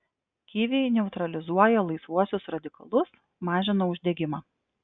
kiviai neutralizuoja laisvuosius radikalus mažina uždegimą